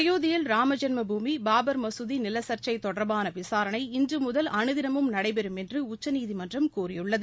அயோத்தியில் ராமஜென்பூமி பாபர் மசூதி நில சர்ச்சை தொடர்பான விசாரணை இன்று முதல் அணுதினமும் நடைபெறும் என்று உச்சநீதிமன்றம் கூறியுள்ளது